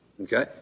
Okay